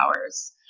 hours